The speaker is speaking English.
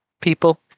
people